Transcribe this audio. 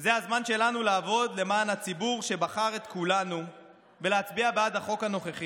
זה הזמן שלנו לעבוד למען הציבור שבחר את כולנו ולהצביע בעד החוק הנוכחי.